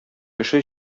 кеше